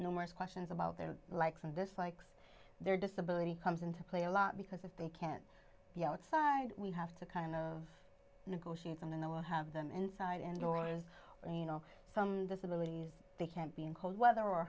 numerous questions about their likes and dislikes their disability comes into play a lot because if they can't be outside we have to kind of negotiate on and they will have them inside indoors you know disability they can't be in cold weather or